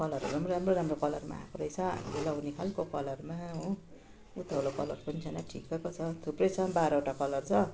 कलरहरू राम्रो राम्रो कलरमा आएको रहेछ हामीले लगाउने खालको कलरमा हो उत्ताउलो कलर पनि छैन ठिकैको छ थुप्रै छ बाह्रवटा कलर छ